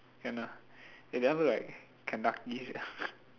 can ah eh that one look like Kentucky sia